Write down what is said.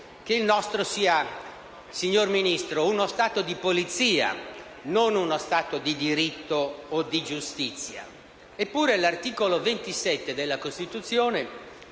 signor Ministro, sia uno Stato di Polizia, non uno Stato di diritto o di giustizia.